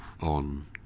on